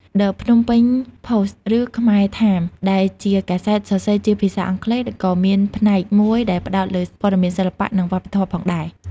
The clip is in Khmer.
ដឹ ភ្នំពេញ ផុស ឬខ្មែរថាមស៍ ដែលជាកាសែតសរសេរជាភាសាអង់គ្លេស ក៏មានផ្នែកមួយដែលផ្តោតលើព័ត៌មានសិល្បៈ និងវប្បធម៌ផងដែរ។